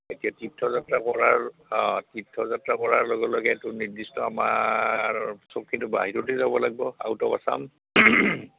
এতিয়া তীৰ্থযাত্ৰা কৰাৰ অঁ তীৰ্থযাত্ৰা কৰাৰ লগে লগে এইটো নিৰ্দিষ্ট আমাৰ চব কিন্তু বাহিৰতে যাব লাগব আউট অফ আচাম